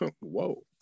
Whoa